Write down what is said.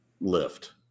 lift